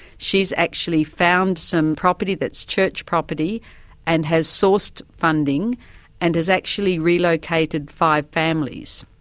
she's actually found some property that's church property and has sourced funding and has actually relocated five families.